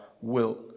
wilt